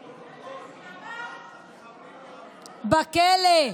שתתקני, בכלא.